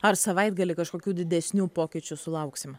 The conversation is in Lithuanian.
ar savaitgalį kažkokių didesnių pokyčių sulauksime